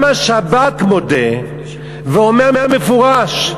גם השב"כ מודה ואומר במפורש: